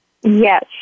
Yes